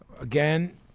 Again